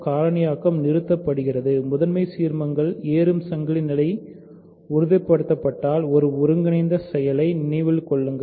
காரணியாக்கம் நிறுத்தப்படுகிறது முதன்மை சீர்மங்களின் ஏறும் சங்கிலி நிலை உறுதிப்படுத்தப்பட்டால் ஒரு ஒருங்கிணைந்த செயலை நினைவில் கொள்ளுங்கள்